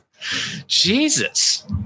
Jesus